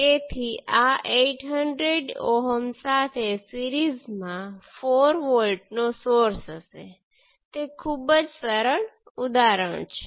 તેથી હવે આપણી પાસે કંટ્રોલ સોર્સ સાથે થોડી વધુ જટિલ પરિસ્થિતિ